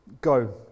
Go